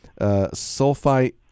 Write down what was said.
sulfite